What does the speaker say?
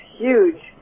huge